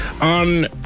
On